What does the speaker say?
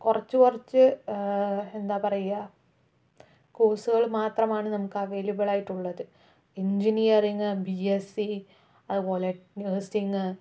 കുറച്ചു കുറച്ച് എന്താ പറയുക കോഴ്സുകൾ മാത്രമാണ് നമുക്ക് അവൈലബിൾ ആയിട്ടുള്ളത് എൻജിനീയറിംഗ് ബി എസ് സി അതുപോലെ നഴ്സിംഗ്